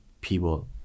people